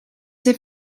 zijn